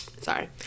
sorry